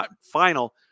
final